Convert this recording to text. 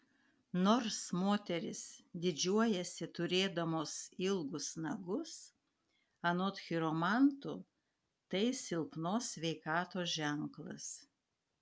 nors moterys didžiuojasi turėdamos ilgus nagus anot chiromantų tai silpnos sveikatos ženklas